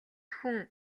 хүн